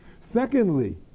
Secondly